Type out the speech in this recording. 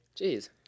Jeez